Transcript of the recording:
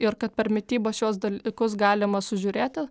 ir kad per mitybą šiuos dalykus galima sužiūrėti